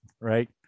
right